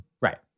Right